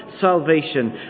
salvation